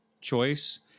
choice